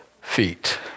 feet